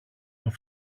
του